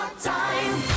time